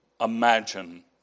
Imagine